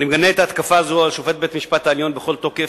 אני מגנה את ההתקפה הזאת על שופטת בית-המשפט העליון בכל תוקף.